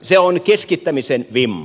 se on keskittämisen vimma